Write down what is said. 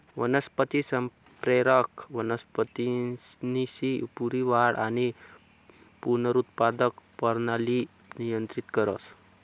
वनस्पती संप्रेरक वनस्पतीसनी पूरी वाढ आणि पुनरुत्पादक परणाली नियंत्रित करस